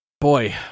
boy